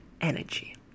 energy